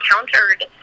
encountered